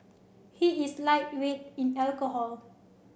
he is lightweight in alcohol